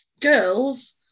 Girls